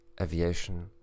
aviation